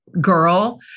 girl